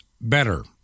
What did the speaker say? better